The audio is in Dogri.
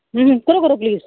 अं करो करो प्लीज़